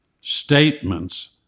statements